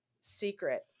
secret